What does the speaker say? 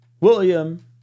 William